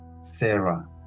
Sarah